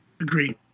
Agreed